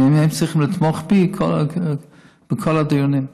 והם צריכים לתמוך בי בכל הדיונים.